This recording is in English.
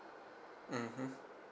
mmhmm